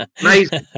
amazing